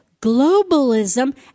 globalism